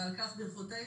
ועל כך ברכותינו.